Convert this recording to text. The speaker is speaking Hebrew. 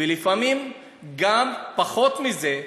ולפעמים גם פחות מזה.